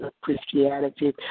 Christianity